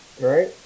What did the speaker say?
right